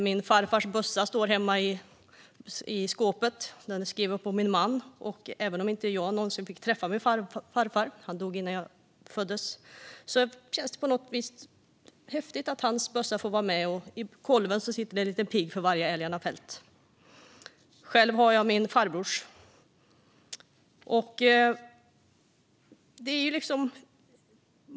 Min farfars bössa står hemma i skåpet, och den är nu skriven på min man. Även om jag inte fick träffa min farfar - han dog innan jag föddes - känns det häftigt att hans bössa får vara med. I kolven sitter en liten pigg för varje älg han har fällt. Själv har jag min farbrors bössa.